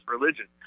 religion